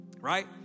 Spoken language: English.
right